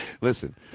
Listen